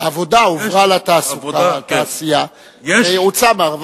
העבודה הועברה לתעשייה והיא הוצאה מהרווחה.